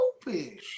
stupid